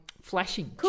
flashing